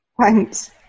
Thanks